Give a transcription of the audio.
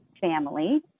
family